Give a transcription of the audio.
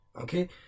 okay